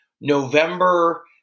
November